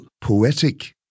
poetic